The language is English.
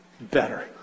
better